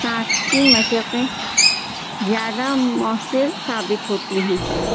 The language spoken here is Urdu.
سانس کی مشقیں زیادہ مؤثر ثابت ہوتی ہیں